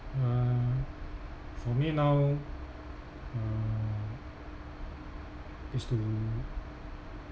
uh for me now uh is to